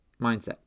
mindset